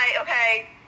okay